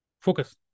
Focus